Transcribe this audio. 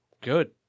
Good